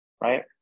Right